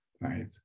right